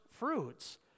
fruits